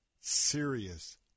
serious